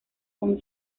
con